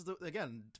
again